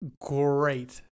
great